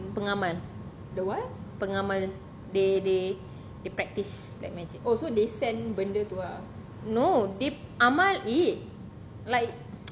pengamal pengamal they they they practise like magic no they amal it like